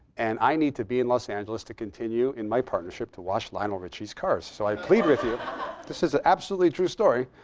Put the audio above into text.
and i need to be in los angeles to continue in my partnership to wash lionel richie's cars. so i plead with you this is an absolutely true story.